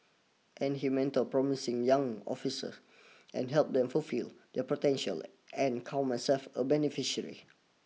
and he mentored promising young officers and helped them fulfil their potential I and count myself a beneficiary